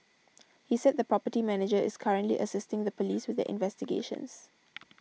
he said the property manager is currently assisting the police with their investigations